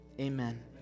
amen